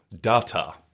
data